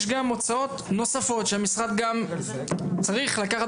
יש גם הוצאות נוספות שהמשרד גם צריך לקחת